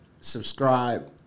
subscribe